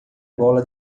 bola